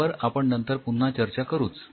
यावर आपण नंतर पुन्हा चर्चा करूच